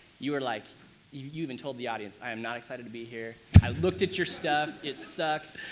you were like you you even told the audience, i am not excited to be here. i looked at your stuff it sucks,